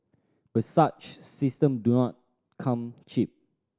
but such system do not come cheap